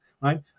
right